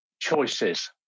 choices